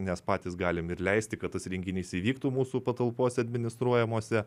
nes patys galim ir leisti kad tas renginys įvyktų mūsų patalpose administruojamose